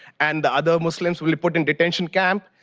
and the other muslims will be put in detention camp,